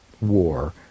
war